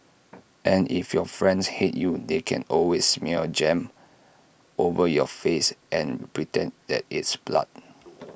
and if your friends hate you they can always smear jam over your face and pretend that it's blood